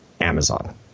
Amazon